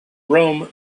rome